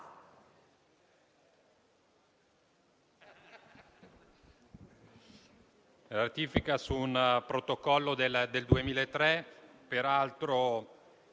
ratifica di un protocollo del 2003,